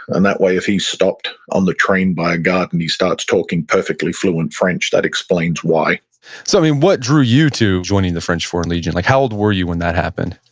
and that way, if he's stopped on the train by a guard and he starts talking perfectly fluent french, that explains why so what drew you to joining the french foreign legion like how old were you when that happened?